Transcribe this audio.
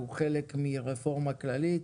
הוא חלק מרפורמה כללית